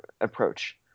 approach